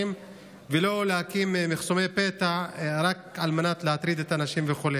ולא להקים מחסומי פתע רק על מנת להטריד את האנשים וכו'.